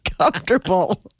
comfortable